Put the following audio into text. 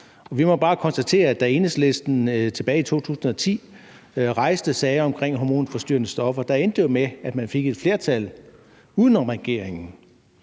Vi må bare konstatere, at da Enhedslisten tilbage i 2010 rejste sager omkring hormonforstyrrende stoffer, endte det jo med, at man fik et flertal uden om regeringen.